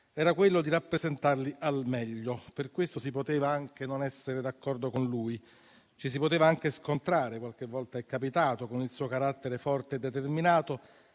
erano quelli di rappresentarli al meglio. Per questo si poteva anche non essere d'accordo con lui; ci si poteva anche scontrare - qualche volta è capitato - con il suo carattere forte e determinato,